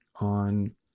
on